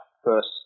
First